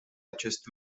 acest